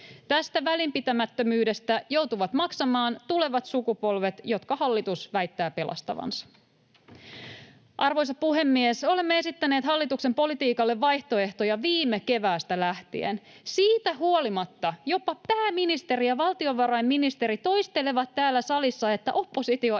Tästä välinpitämättömyydestä joutuvat maksamaan tulevat sukupolvet, jotka hallitus väittää pelastavansa. Arvoisa puhemies! Olemme esittäneet hallituksen politiikalle vaihtoehtoja viime keväästä lähtien. Siitä huolimatta jopa pääministeri ja valtiovarainministeri toistelevat täällä salissa, että oppositio ei